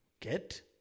Get